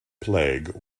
plague